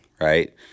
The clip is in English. Right